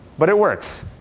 but it works.